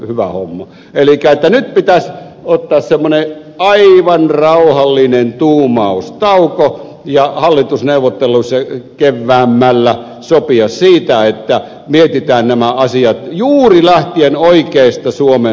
elikkä nyt pitäisi ottaa semmoinen aivan rauhallinen tuumaustauko ja hallitusneuvotteluissa keväämmällä sopia siitä että mietitään nämä asiat juuri lähtien oikeasta suomen maantieteestä liikkeelle